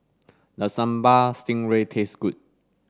does Sambal Stingray taste good